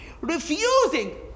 Refusing